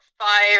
five